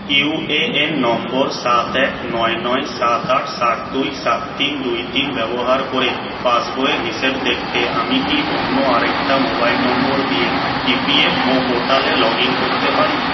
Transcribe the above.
UAN number সাত এক নয় নয় সাত আট সাত দুই সাত তিন দুই তিন ব্যবহার করে পাসবইয়ের হিসেব দেখতে আমি কি অন্য আরেকটা মোবাইল নম্বর দিয়ে ইপিএফও পোর্টালে লগ ইন করতে পারি